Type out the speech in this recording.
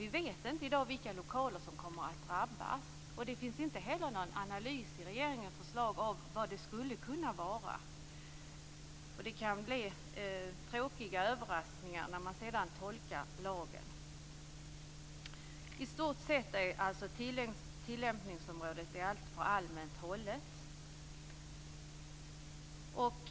Vi vet inte i dag vilka lokaler som kommer att drabbas, och det finns inte heller någon analys i regeringens förslag om vad det skulle kunna vara. Det kan bli tråkiga överraskningar när man sedan tolkar lagen. I stort sett är alltså tillämpningsområdet alltför allmänt hållet.